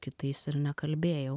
kitais ir nekalbėjau